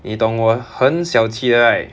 你懂我很小气的 right